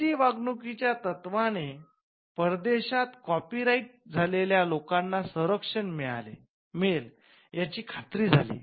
राष्ट्रीय वागणुकीच्या तत्वाने परदेशात कॉपी राईट प्राप्त झालेल्या लोकांना संरक्षण मिळेल याची खात्री झाली